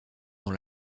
dans